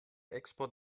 export